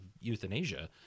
euthanasia